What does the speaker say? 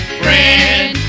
friend